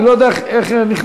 אני לא יודע איך נכנסת,